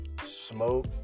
smoke